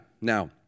now